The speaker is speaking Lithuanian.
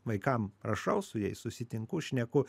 vaikam rašau su jais susitinku šneku